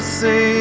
say